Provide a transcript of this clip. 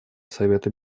совета